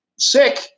Sick